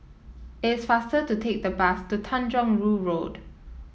it is faster to take the bus to Tanjong Rhu Road